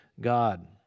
God